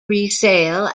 resale